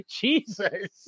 Jesus